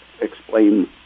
explain